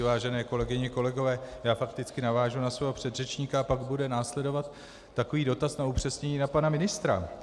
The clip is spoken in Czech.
Vážené kolegyně, kolegové, já fakticky navážu na svého předřečníka a pak bude následovat takový dotaz na upřesnění na pana ministra.